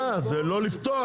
זה לא לפתוח,